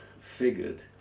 figured